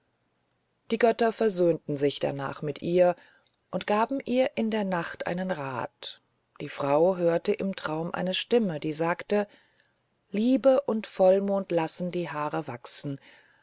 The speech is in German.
die götter versöhnten sich danach mit ihr und gaben ihr in der nacht einen rat die frau hörte im traum eine stimme die sagte liebe und vollmond lassen die haare wachsen